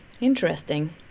Interesting